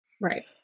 Right